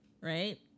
right